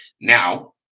Now